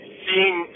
seeing